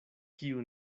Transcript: kiu